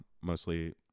mostly